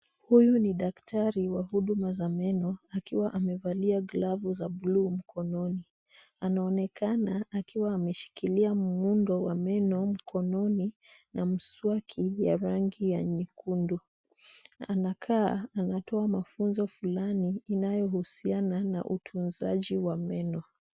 Huyu ni daktari wa huduma za meno, akiwa amevalia glavu za buluu mkononi, anaonekana akiwa ameshikilia muundo wa meno mkononi na mswaki ya rangi ya nyekundu, anakaa anatoa mafunzo fulani inayohusiana na utunzaji wa meno.